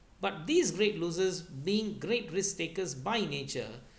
but these great losers being great risk takers by nature